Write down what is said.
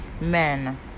Men